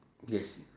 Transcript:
yes